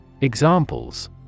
Examples